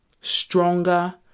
stronger